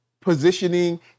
positioning